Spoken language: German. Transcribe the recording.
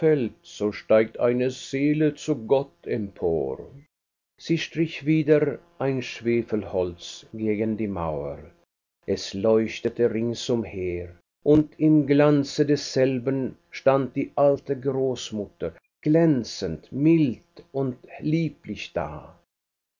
so steigt eine seele zu gott empor sie strich wieder ein schwefelholz gegen die mauer es leuchtete ringsumher und im glanze desselben stand die alte großmutter glänzend mild und lieblich da